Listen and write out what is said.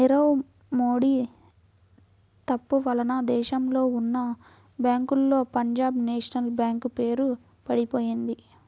నీరవ్ మోడీ తప్పు వలన దేశంలో ఉన్నా బ్యేంకుల్లో పంజాబ్ నేషనల్ బ్యేంకు పేరు పడిపొయింది